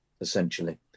essentially